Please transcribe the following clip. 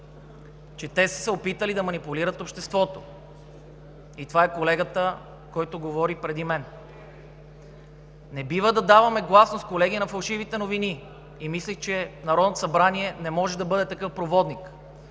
че те са се опитали да манипулират обществото, и това е колегата, който говори преди мен. Не бива, колеги, да даваме гласност на фалшивите новини и мислех, че Народното събрание не може да бъде такъв проводник.